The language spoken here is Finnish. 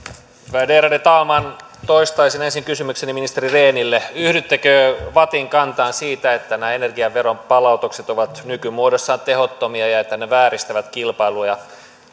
värderade talman toistaisin ensin kysymykseni ministeri rehnille yhdyttekö vattin kantaan siitä että nämä energiaveron palautukset ovat nykymuodossaan tehottomia ja että ne vääristävät kilpailua